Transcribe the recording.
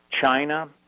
China